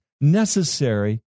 necessary